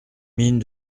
mine